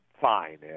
Fine